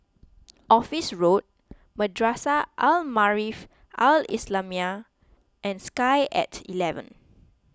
Office Road Madrasah Al Maarif Al Islamiah and Sky at eleven